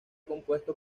compuesto